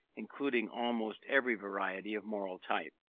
including almost every variety of moral type.